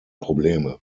probleme